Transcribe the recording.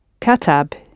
Katab